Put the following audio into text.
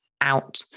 out